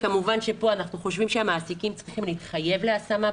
כמובן שפה אנחנו חושבים שהמעסיקים צריכים להתחייב להשמה,